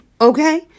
Okay